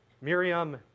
Miriam